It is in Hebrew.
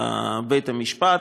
בבית-המשפט,